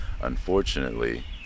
Unfortunately